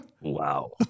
Wow